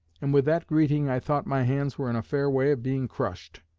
and with that greeting i thought my hands were in a fair way of being crushed.